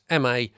MA